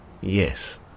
Yes